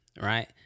right